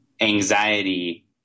anxiety